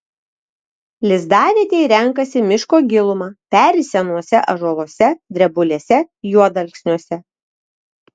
lizdavietei renkasi miško gilumą peri senuose ąžuoluose drebulėse juodalksniuose